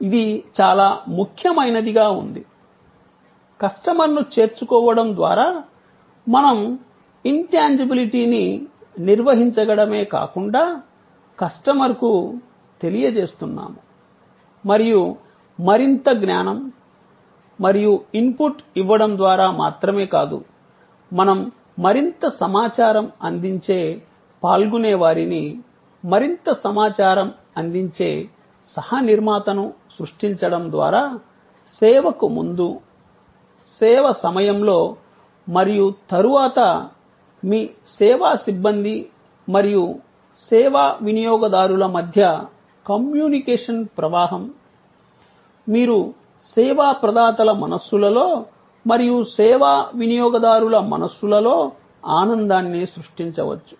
ఇది చాలా ముఖ్యమైనదిగా ఉంది కస్టమర్ను చేర్చుకోవడం ద్వారా మనం ఇంతంజాబులిటీ ని నిర్వహించగడమే కాకుండా కస్టమర్కు తెలియజేస్తున్నాము మరియు మరింత జ్ఞానం మరియు ఇన్పుట్ ఇవ్వడం ద్వారా మాత్రమే కాదు మనం మరింత సమాచారం అందించే పాల్గొనేవారిని మరింత సమాచారం అందించే సహ నిర్మాతను సృష్టించడం ద్వారా సేవకు ముందు సేవ సమయంలో మరియు తరువాత మీ సేవా సిబ్బంది మరియు సేవా వినియోగదారుల మధ్య కమ్యూనికేషన్ ప్రవాహం మీరు సేవా ప్రదాతల మనస్సులలో మరియు సేవా వినియోగదారుల మనస్సులలో ఆనందాన్ని సృష్టించవచ్చు